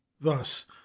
thus